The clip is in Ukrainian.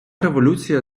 революція